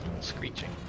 screeching